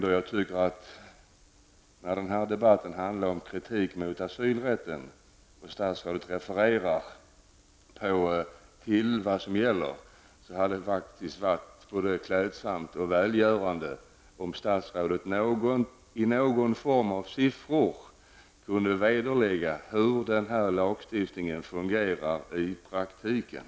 Eftersom den här debatten handlar om kritik mot asylrätten och statsrådet refererar till vad som gäller, hade det faktiskt varit både klädsamt och välgörande om statsrådet i någon form av siffror kunde vederlägga hur lagstiftningen fungerar i praktiken.